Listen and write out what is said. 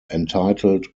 entitled